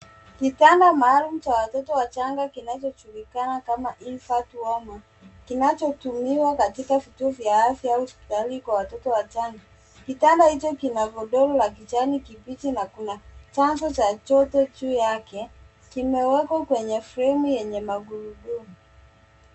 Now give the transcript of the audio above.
Kitanda maalum cha watoto wachanga kinachojulikana kama infant warmer kinachotumiwa katika vituo vya afya au hospitali kwa watoto wachanga. Kitanda hicho kina godoro la kijani kibichi na kuna chanzo cha joto juu yake. Kimewekwa kwenye fremu yenye magurudumu.